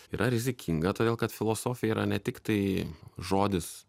yra rizikinga todėl kad filosofija yra ne tiktai žodis